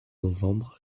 novembre